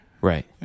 Right